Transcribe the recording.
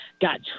got